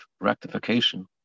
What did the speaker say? rectification